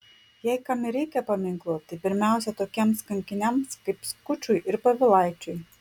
jei kam ir reikia paminklo tai pirmiausia tokiems kankiniams kaip skučui ir povilaičiui